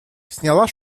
сняла